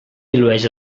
dilueix